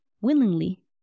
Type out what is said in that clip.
willingly